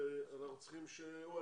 שהוא יעשה את זה.